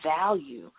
value